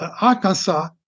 Arkansas